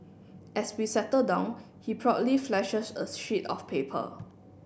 as we settle down he proudly flashes a sheet of paper